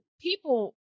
people